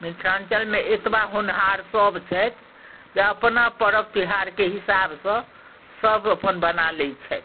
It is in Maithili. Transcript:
मिथिलाञ्चलमे एतबा होनहार सभ छथि जे अपना पर्व त्योहारके हिसाबसँ सभ अपन बना लैत छथि